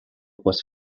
was